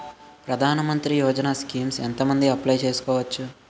ప్రధాన మంత్రి యోజన స్కీమ్స్ ఎంత మంది అప్లయ్ చేసుకోవచ్చు?